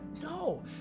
No